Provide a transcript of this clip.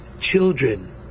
children